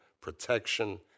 protection